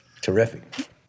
Terrific